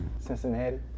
Cincinnati